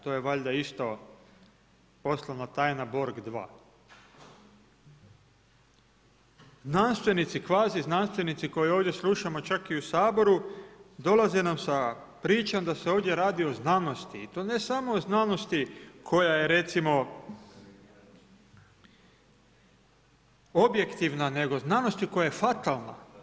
To je valjda isto poslovna tajna borg 2. Nadstojnici kvazi znanstvenici koje ovdje slušamo čak i u ovdje u Saboru, dolaze nam s pričom da se ovdje radi o znanosti i to ne o znanosti, koja je recimo, objektivna, nego znanosti koja je fatalna.